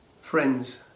friends